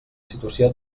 situació